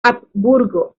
habsburgo